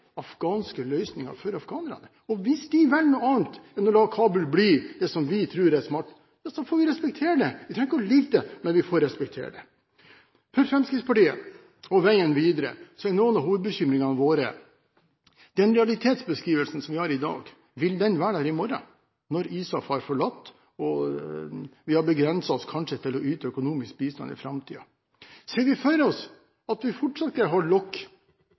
afghanske løsninger for afghanerne. Og hvis de velger noe annet enn å la Kabul bli det som vi tror er smart, får vi respektere det. Vi trenger ikke å like det, men vi får respektere det. For Fremskrittspartiet er en av hovedbekymringene våre når det gjelder veien videre, den realitetsbeskrivelsen som vi har i dag. Vil den være der i morgen når ISAF har forlatt landet, og vi har begrenset oss til kanskje å yte økonomisk bistand i framtiden? Ser vi for oss at vi fortsatt greier å holde